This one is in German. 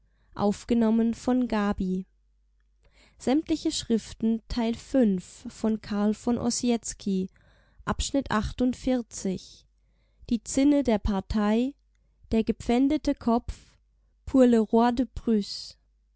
gab die zinne der partei der gepfändete